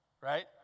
right